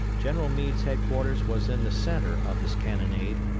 general meade's headquarters was in the centre of this cannonade,